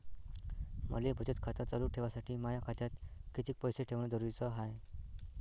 मले बचत खातं चालू ठेवासाठी माया खात्यात कितीक पैसे ठेवण जरुरीच हाय?